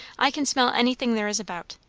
i can smell anything there is about.